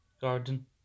garden